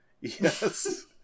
Yes